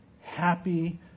happy